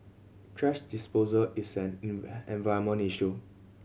thrash disposal is an issue